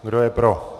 Kdo je pro?